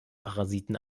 parasiten